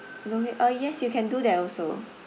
no need ah yes you can do that also